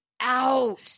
out